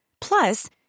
Plus